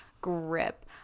grip